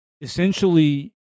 essentially